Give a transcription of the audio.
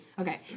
Okay